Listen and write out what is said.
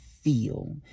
feel